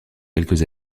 quelques